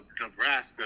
Nebraska